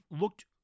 looked